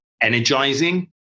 energizing